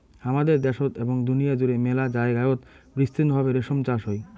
হামাদের দ্যাশোত এবং দুনিয়া জুড়ে মেলা জায়গায়ত বিস্তৃত ভাবে রেশম চাষ হই